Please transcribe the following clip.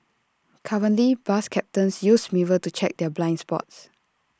currently bus captains use mirrors to check their blind spots